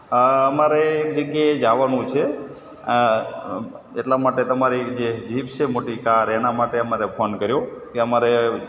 અમારે એક જગ્યાએ જવાનું છે એટલા માટે તમારી જે જીપ છે મોટી કાર તેના માટે અમારે ફોન કર્યો કે અમારે